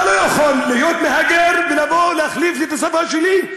אתה לא יכול להיות מהגר ולבוא להחליף לי את השפה שלי.